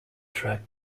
track